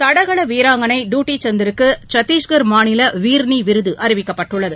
தடகள வீராங்கனை டுட்டி சந்திற்கு சத்தீஷ்கா் மாநில வீர்னி விருது அறிவிக்கப்பட்டுள்ளது